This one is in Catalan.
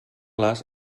les